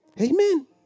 Amen